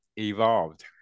evolved